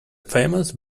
famous